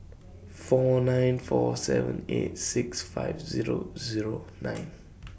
four nine four seven eight six five Zero Zero nine